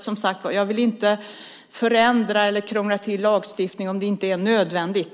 Som sagt, jag vill inte förändra eller krångla till lagstiftning om det inte är nödvändigt.